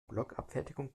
blockabfertigung